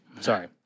Sorry